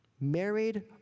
Married